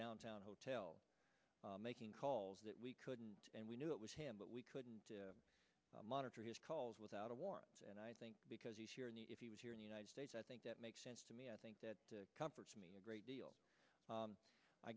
downtown hotel making calls that we couldn't and we knew it was him but we couldn't monitor his calls without a warrant and i think because he was here in the united states i think that makes sense to me i think that comforts me a great deal